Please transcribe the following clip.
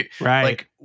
right